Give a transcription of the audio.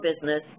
business